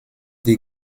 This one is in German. die